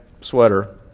sweater